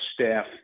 staff